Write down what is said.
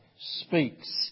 speaks